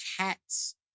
cats